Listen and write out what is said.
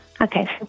Okay